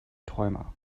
träumer